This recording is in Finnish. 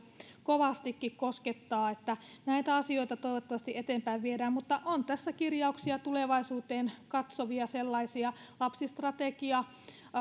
kovastikin koskettaa näitä asioita toivottavasti eteenpäin viedään mutta tässä on kirjauksia tulevaisuuteen katsovia sellaisia lapsistrategia